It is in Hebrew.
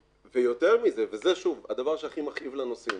ויותר מזה, וזה שוב הדבר שהכי מכאיב לנוסעים,